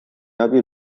abil